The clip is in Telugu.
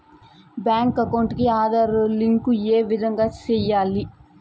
బ్యాంకు అకౌంట్ కి ఆధార్ లింకు ఏ విధంగా సెయ్యాలి?